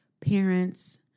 parents